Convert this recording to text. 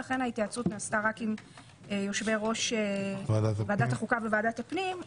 לכן ההתייעצות נעשתה רק עם יושבי-ראש ועדת החוקה וועדת הפנים,